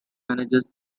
manages